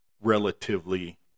relatively